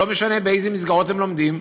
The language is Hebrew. לא משנה באיזה מסגרות הם לומדים,